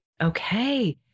Okay